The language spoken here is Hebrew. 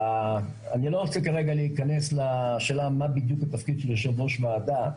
אני לא רוצה כרגע להיכנס מה התפקיד של יו"ר וועדה,